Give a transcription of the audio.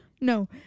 No